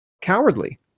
cowardly